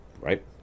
Right